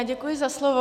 Děkuji za slovo.